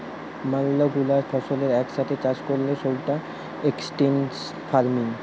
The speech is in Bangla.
ম্যালা গুলা ফসলের এক সাথে চাষ করলে সৌটা এক্সটেন্সিভ ফার্মিং